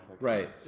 right